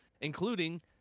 including